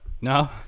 No